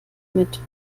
mit